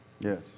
Yes